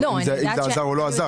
אם זה עזר או לא עזר,